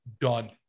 Done